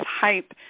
hype